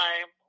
time